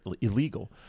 illegal